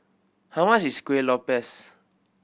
how much is Kueh Lopes